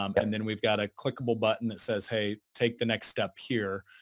um and then we've got a clickable button that says, hey, take the next step here,